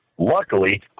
Luckily